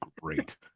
great